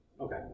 Okay